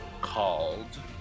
called